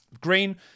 Green